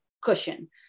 cushion